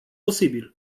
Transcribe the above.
posibil